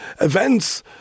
events